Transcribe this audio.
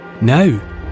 Now